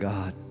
God